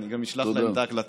תודה.